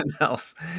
else